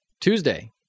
Tuesday